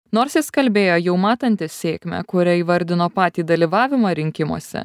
nors jis kalbėjo jau matantis sėkmę kuria įvardino patį dalyvavimą rinkimuose